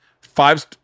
five